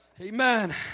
Amen